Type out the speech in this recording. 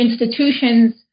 institutions